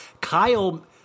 Kyle